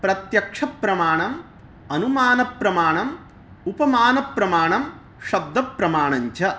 प्रत्यक्षप्रमाणम् अनुमानप्रमाणम् उपमानप्रमाणं शब्दप्रमाणं च